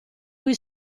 cui